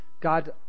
God